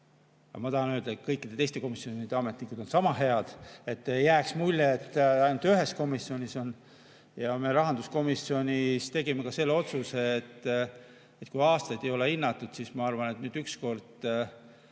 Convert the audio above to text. Ma tahan öelda, et kõikide teiste komisjonide ametnikud on sama head, et ei jääks mulje, et ainult ühes komisjonis on [head töötajad]. Me rahanduskomisjonis tegime ka selle otsuse, et kui aastaid ei ole hinnatud, siis ma arvan, et nüüd, pärast